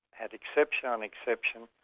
had exception on exception.